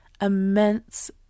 immense